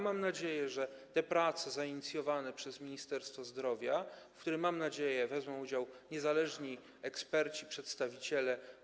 Mam nadzieję, że prace zainicjowane przez Ministerstwo Zdrowia, w których, mam nadzieję, wezmą udział niezależni eksperci, przedstawiciele.